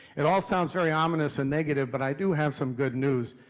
it all sounds very ominous and negative, but i do have some good news.